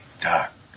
doc